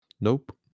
Nope